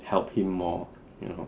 helped him more you know